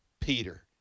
Peter